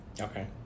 okay